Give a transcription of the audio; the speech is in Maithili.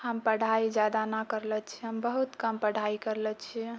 हम पढाइ जादा नहि करले छियै हम बहुत कम पढाइ करले छियै